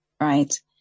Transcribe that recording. right